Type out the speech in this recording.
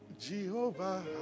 jehovah